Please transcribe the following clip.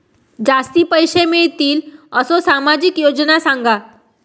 जास्ती पैशे मिळतील असो सामाजिक योजना सांगा?